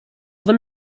them